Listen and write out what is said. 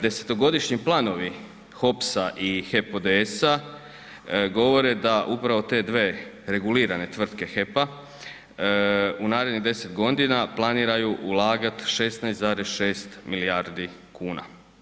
Desetogodišnji planovi HOPS-a i HEP ODS-a govore da upravo te dve regulirane tvrtke HEP-a u narednih 10.g. planiraju ulagat 16,6 milijardi kuna.